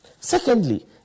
Secondly